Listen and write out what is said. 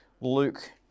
Luke